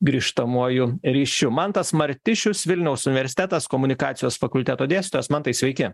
grįžtamuoju ryšiu mantas martišius vilniaus universitetas komunikacijos fakulteto dėstytojas mantai sveiki